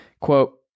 Quote